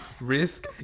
risk